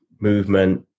movement